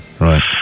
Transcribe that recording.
Right